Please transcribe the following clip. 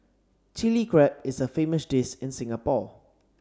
Chilli Crab is a famous dish in Singapore